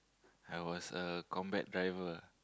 I was a combat driver